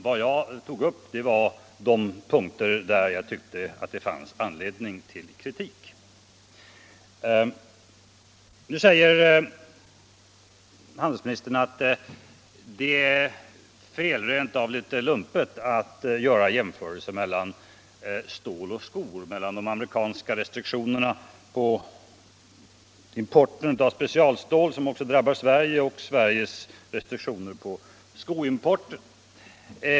Vad jag tog upp var de punkter där jag tyckte att det fanns anledning till kritik. Nu säger handelsministern att det är fel, rent av litet lumpet, att jämföra stål och skor, att jämföra de amerikanska restriktionerna på importen av specialstål, som också drabbar Sverige, och Sveriges restriktioner i fråga om skoimporten.